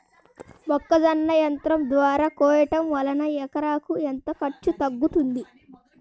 మొక్కజొన్న యంత్రం ద్వారా కోయటం వలన ఎకరాకు ఎంత ఖర్చు తగ్గుతుంది?